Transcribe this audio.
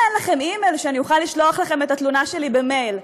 למה אין לכם אימייל שאני אוכל לשלוח לכם את התלונה שלי במייל?